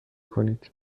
کنید